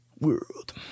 World